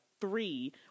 three